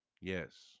Yes